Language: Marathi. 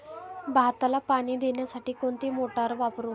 भाताला पाणी देण्यासाठी कोणती मोटार वापरू?